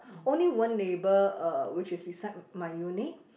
only one neighbour uh which is beside my unit